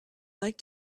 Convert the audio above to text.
like